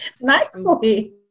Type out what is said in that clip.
nicely